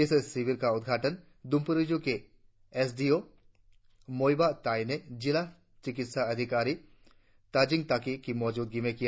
इस शिविर का उद्घाटन द्रंपोरिजों के S D O Moiba Tai ने जिला चिकित्सा अधिकारी ताजिंग ताकी की मौजूदगी में किया